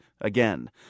again